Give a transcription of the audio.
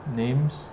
names，